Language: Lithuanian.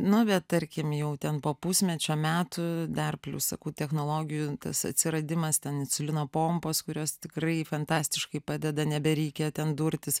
nu bet tarkim jau ten po pusmečio metų dar plius sakau technologijų tas atsiradimas ten insulino pompos kurios tikrai fantastiškai padeda nebereikia ten durtis